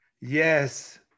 Yes